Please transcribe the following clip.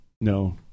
No